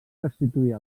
restituir